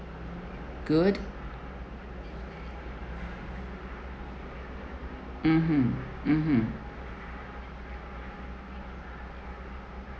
good mmhmm mmhmm